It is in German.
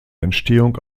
entstehung